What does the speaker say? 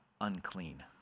unclean